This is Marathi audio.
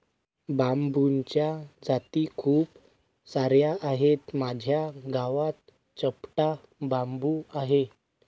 बांबूच्या जाती खूप सार्या आहेत, माझ्या गावात चपटा बांबू आहे